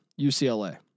UCLA